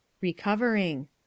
Recovering